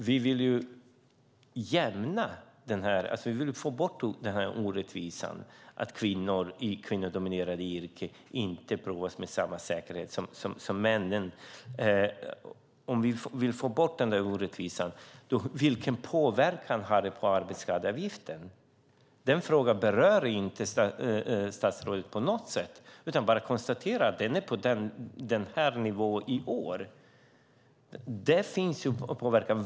Om vi säger att vi vill få bort orättvisan att kvinnor i kvinnodominerade yrken inte prövas med samma rättssäkerhet som männen blir frågan vilken påverkan det har på arbetsskadeavgiften. Den frågan berör statsrådet inte på något sätt utan bara konstaterar att avgiften är på en viss nivå i år.